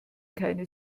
keine